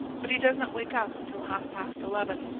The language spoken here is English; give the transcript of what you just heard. but he does not wake up until half-past eleven.